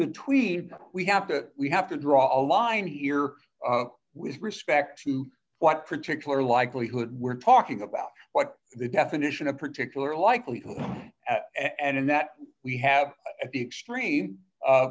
between we have to we have to draw a line here with respect to what particular likelihood we're talking about what the definition of particular likelihood and that we have at the extreme